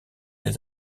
des